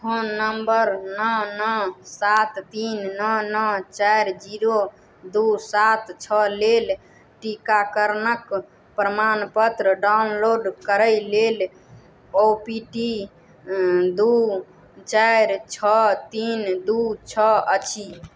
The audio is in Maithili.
फोन नम्बर नओ नओ सात तीन नओ नओ चारि जीरो दुइ सात छओ लेल टीकाकरणक प्रमाणपत्र डाउनलोड करै लेल ओ टी पी दुइ चारि छओ तीन दुइ छओ अछि